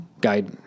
guide